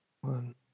one